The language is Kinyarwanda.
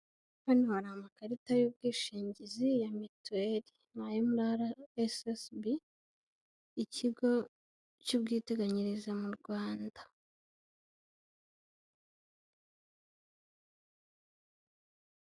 Hano hari amakarita y'ubwishingizi ya mituweri, ni ayo muri RSSB ikigo cy'ubwiteganyirize mu Rwanda.